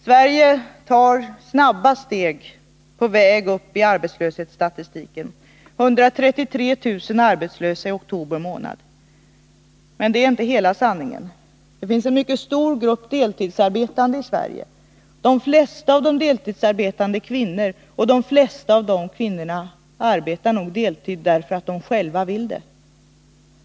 Sverige tar nu snabba steg på vägen upp i arbetslöshetsstatistiken — 133 000 arbetslösa i oktober månad. Men det är inte hela sanningen. Det finns en mycket stor grupp deltidsarbetande i Sverige. De flesta av dem är kvinnor, och huvuddelen av dessa arbetar nog deltid därför att de själva vill det.